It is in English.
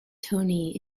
tony